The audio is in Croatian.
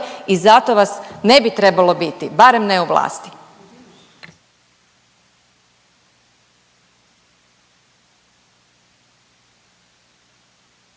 i zato vas ne bi trebalo biti, barem ne u vlasti.